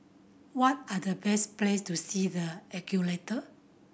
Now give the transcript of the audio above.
what are the best places to see the Ecuador